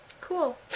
Cool